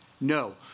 No